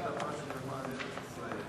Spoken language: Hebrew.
כהצעת הוועדה, נתקבל.